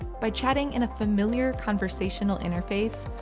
by chatting in a familiar conversational interface,